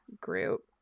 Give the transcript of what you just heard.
group